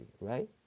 right